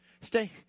Stay